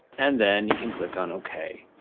and then you can click on ok.